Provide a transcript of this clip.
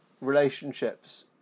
relationships